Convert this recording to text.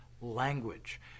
language